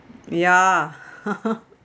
ya